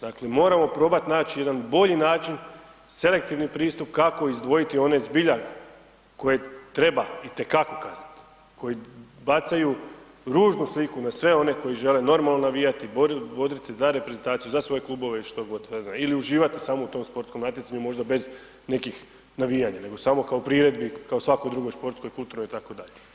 Dakle, moramo probati naći jedan bolji način selektivni pristup kako izdvojiti one zbilja koje treba itekako kazniti, koji bacaju ružnu sliku na sve one koji žele normalno navijati, boriti za reprezentaciju, za svoje klubove ili što god, ili uživati samo u tom sportskom natjecanju možda bez nekih navijanja nego samo kao priredbi kao i svako drugo športsko i kulturno, itd.